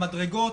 המדרגות,